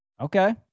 Okay